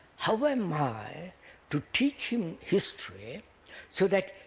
how am i to teach him history so that